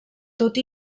tot